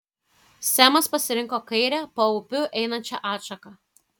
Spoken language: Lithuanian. semas pasirinko kairę paupiu einančią atšaką